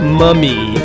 mummy